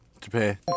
Japan